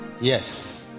Yes